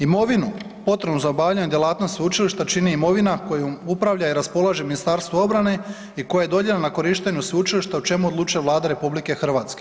Imovinu potrebnu za obavljanje djelatnosti sveučilišta čini imovina kojom uprava i raspolaže Ministarstvo obrane i koje je dodijeljeno na korištenje sveučilišta o čemu odlučuje Vlada RH.